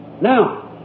Now